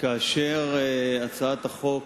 כאשר הצעת החוק